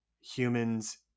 humans